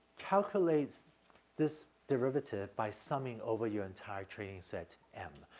calculates this derivative by summing over your entire training set m.